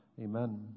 Amen